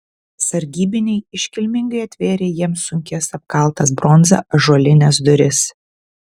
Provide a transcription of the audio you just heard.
sargybiniai iškilmingai atvėrė jiems sunkias apkaltas bronza ąžuolines duris